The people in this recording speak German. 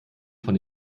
von